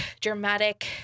dramatic